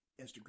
Instagram